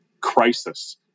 crisis